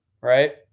Right